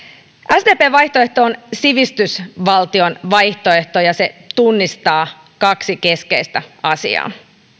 sdpn vaihtoehto on sivistysvaltion vaihtoehto ja se tunnistaa kaksi keskeistä asiaa